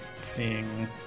seeing